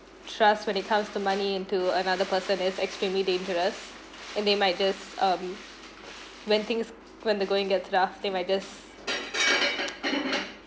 trust when it comes to money into another person is extremely dangerous and they might just um when things when the going gets rough they might just